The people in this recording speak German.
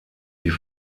die